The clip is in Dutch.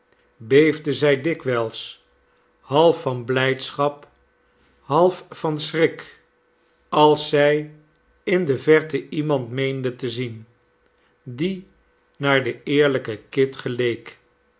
beefde zijdikwijls half van blijdschap half van schrik als zij in de verte iemand meende te zien die naar den eerlijken kit geleek